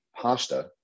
pasta